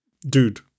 dude